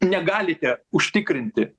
negalite užtikrinti